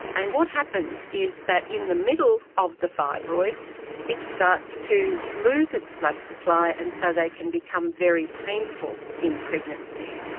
and what happens is that in the middle of the fibroid it starts to lose its blood supply and so they can become very painful in pregnancy.